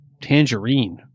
tangerine